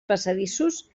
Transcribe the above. passadissos